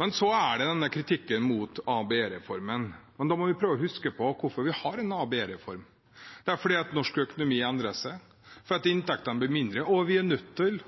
Men så er det denne kritikken mot ABE-reformen. Da må vi prøve å huske på hvorfor vi har en ABE-reform. Det er fordi norsk økonomi endrer seg, fordi inntektene blir mindre, og vi er nødt til